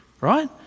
right